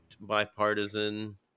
bipartisan